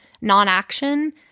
non-action